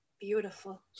Beautiful